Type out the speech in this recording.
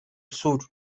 sur